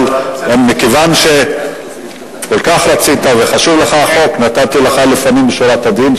אבל מכיוון שכל כך רצית וחשוב לך החוק נתתי לך לפנים משורת הדין,